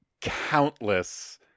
countless